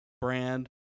brand